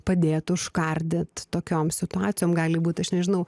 padėtų užkardyt tokiom situacijom gali būt aš nežinau